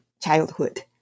childhood